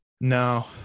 no